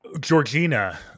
Georgina